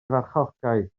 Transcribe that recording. farchogaeth